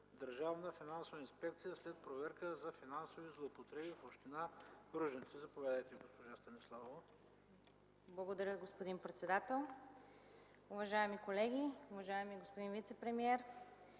Държавна финансова инспекция след проверка за финансови злоупотреби в община Ружинци. Заповядайте, госпожо Станиславова. ЛЮБОМИЛА СТАНИСЛАВОВА (ГЕРБ): Благодаря, господин председател. Уважаеми колеги, уважаеми господин вицепремиер,